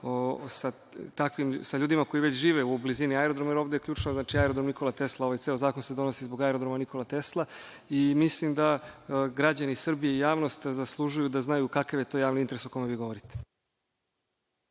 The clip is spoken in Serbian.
sa ljudima koji već žive u blizini aerodroma, jer ovde je ključno i ovaj zakon se donosi zbog Aerodroma „Nikola Tesla“.Mislim da građani Srbije i javnost zaslužuju da znaju kakav je to javni interes o kome vi govorite.